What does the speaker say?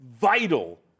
vital